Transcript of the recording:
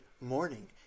morning